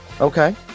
Okay